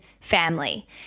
family